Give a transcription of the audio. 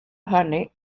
honey